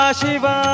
Shiva